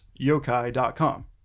yokai.com